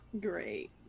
Great